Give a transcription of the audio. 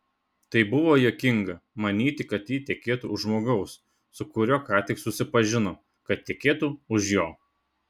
tai buvo juokinga manyti kad ji tekėtų už žmogaus su kuriuo ką tik susipažino kad tekėtų už jo